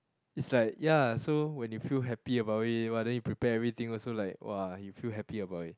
it's like ya so when you feel happy about it !wah! then you prepare everything also like !wah! you feel happy about it